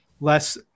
less